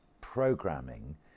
programming